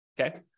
okay